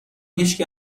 هیچکی